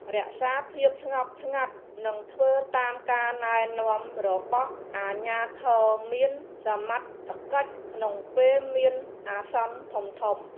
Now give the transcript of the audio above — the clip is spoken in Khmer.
រក្សាភាពស្ងប់ស្ងាត់និងធ្វើតាមការណែនាំរបស់អាជ្ញាធរមានសមត្ថកិច្ចក្នុងពេលមានអាសន្នធំៗ។